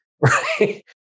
right